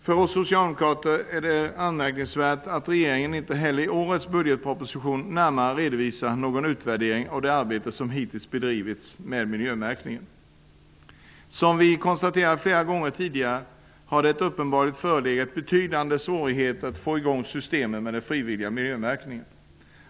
För oss socialdemokrater är det anmärkningsvärt att regeringen inte heller i årets budgetproposition närmare redovisar en utvärdering av det arbete som hittills bedrivits med miljömärkningen. Som vi konstaterat flera gånger tidigare har det uppenbarligen förelegat betydande svårigheter när det gällt att få i gång systemet med den frivilliga miljömärkningen.